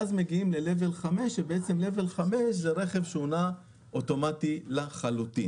ואז מגיעים לרמה 5 שהוא רכב שנע אוטומטית לחלוטין.